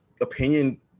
opinion